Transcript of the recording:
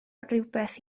rywbeth